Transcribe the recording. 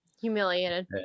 humiliated